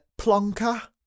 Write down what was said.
plonker